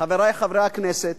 חברי חברי הכנסת,